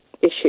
issue